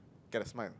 get a smile